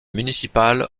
municipal